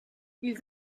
ils